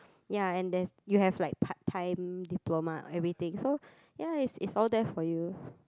ya and there's you have like part time diploma everything so ya it's it's all there for you